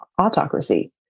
autocracy